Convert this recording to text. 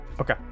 Okay